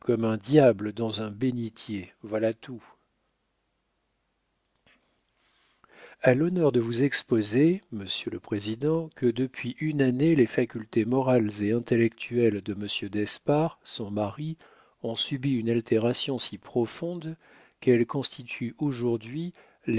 un diable dans un bénitier voilà tout a l'honneur de vous exposer monsieur le président que depuis une année les facultés morales et intellectuelles de monsieur d'espard son mari ont subi une altération si profonde qu'elles constituent aujourd'hui